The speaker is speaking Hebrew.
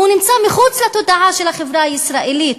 הוא נמצא מחוץ לתודעה של החברה הישראלית.